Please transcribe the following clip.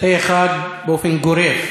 פה-אחד באופן גורף,